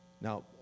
Now